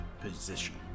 position